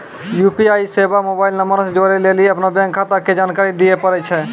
UPI सेबा mobile नंबरो से जोड़ै लेली अपनो बैंक खाता के जानकारी दिये पड़ै छै